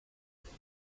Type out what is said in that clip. ارزان